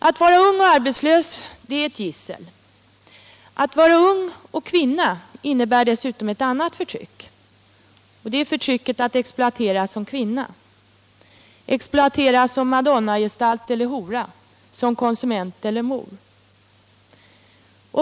Att vara ung och arbetslös är ett gissel. Att vara ung och kvinna innebär dessutom ett annat förtryck — förtrycket att exploateras som kvinna, exploateras som madonnagestalt eller hora, som konsument eller mor.